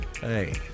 Hey